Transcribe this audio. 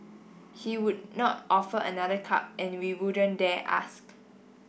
he would not offer another cup and we wouldn't dare ask